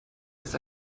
ist